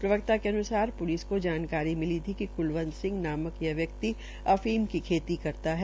प्रवक्ता के अनुसार पुलिस को जानकारी मिली थी कि बलवंत सिंह नाम यह व्यक्ति अफीम की खेती करता है